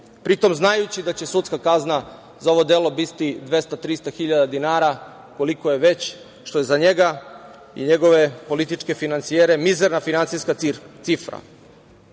pri tom znaju da će sudska kazna za ovo delo biti 200, 300 hiljada dinara koliko je već što je za njega i njegove političke finansijere mizerna finansijska cifra. Taj